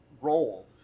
role